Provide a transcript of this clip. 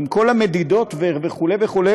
עם כל המדידות וכו' וכו',